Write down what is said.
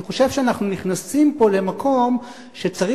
אני חושב שאנחנו נכנסים פה למקום שצריך